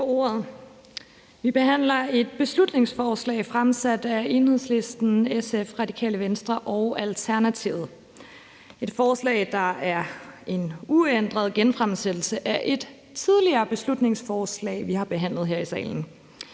Vi behandler et beslutningsforslag fremsat af Enhedslisten, SF, Radikale Venstre og Alternativet, og det er et forslag, der er en uændret genfremsættelse af et tidligere beslutningsforslag, vi har behandlet her i salen.